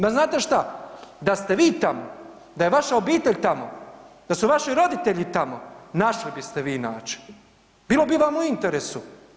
Ma znate što, da ste vi tamo, da je vaša obitelj tamo, da su vaši roditelji tamo, našli biste vi način, bilo bi vam u interesu.